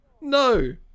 No